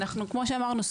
כמו שאמרנו,